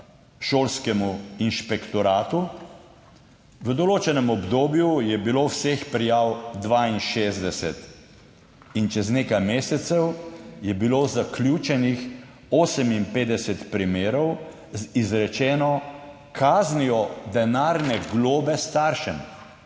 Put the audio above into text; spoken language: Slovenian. šolskemu inšpektoratu. V določenem obdobju je bilo vseh prijav 62 in čez nekaj mesecev je bilo zaključenih 58 primerov z izrečeno kaznijo denarne globe staršem.